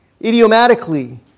idiomatically